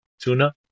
tuna